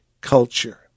culture